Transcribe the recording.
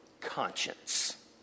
conscience